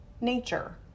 nature